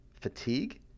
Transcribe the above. fatigue